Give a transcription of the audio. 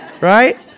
Right